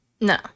No